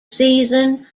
season